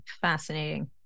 fascinating